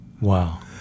Wow